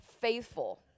faithful